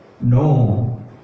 No